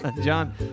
John